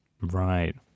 Right